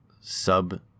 sub